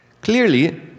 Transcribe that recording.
Clearly